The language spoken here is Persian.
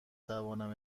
توانم